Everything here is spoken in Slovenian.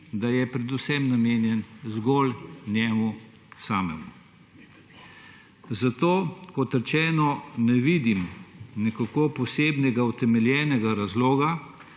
da je predvsem namenjen zgolj njemu samemu. Zato, kot rečeno, ne vidim nekako posebnega utemeljenega razloga,